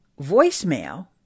voicemail